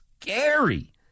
scary